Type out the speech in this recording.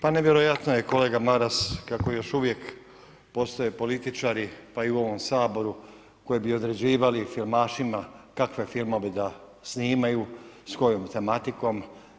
Pa nevjerojatno je kolega Maras kako još uvijek postoje političari pa i u ovom Saboru, koji bi određivali filmašima kakve filmove da snimaju i s kojom tematikom.